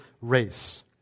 race